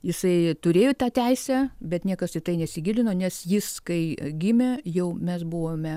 jisai turėjo tą teisę bet niekas į tai nesigilino nes jis kai gimė jau mes buvome